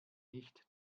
nicht